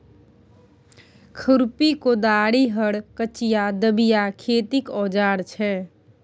खुरपी, कोदारि, हर, कचिआ, दबिया खेतीक औजार छै